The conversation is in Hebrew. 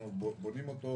אנחנו בונים אותה